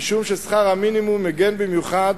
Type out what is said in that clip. מפני ששכר המינימום מגן במיוחד